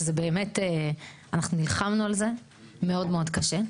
שזה באמת, אנחנו נלחמנו על זה מאוד מאוד קשה.